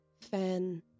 fan